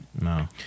No